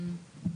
כן.